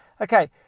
okay